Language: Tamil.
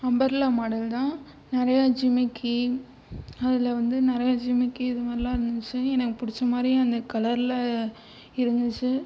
அம்பர்லா மாடல் தான் நிறையா ஜிமிக்கி அதில் வந்து நிறைய ஜிமிக்கி இது மாதிரிலாம் இருந்துச்சு எனக்கு பிடிச்ச மாதிரி அந்த கலரில் இருந்துச்சு